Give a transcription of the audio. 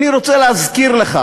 אני רוצה להזכיר לך